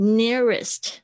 nearest